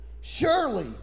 Surely